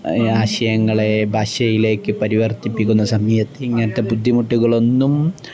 ആശയങ്ങളെ ഭാഷയിലേക്കു പരിവർത്തിപ്പിക്കുന്ന സമയത്ത് ഇങ്ങനത്തെ ബുദ്ധിമുട്ടുകളൊന്നും